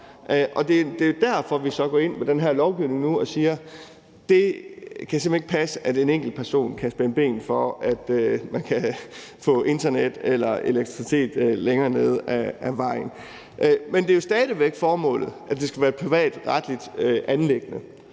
det er derfor, vi så går ind med den her lovgivning nu og siger, at det simpelt hen ikke kan passe, at en enkeltperson kan spænde ben for, at man kan få internet eller elektricitet længere nede ad vejen. Men det er jo stadig væk formålet, at det skal være et privatretligt anliggende,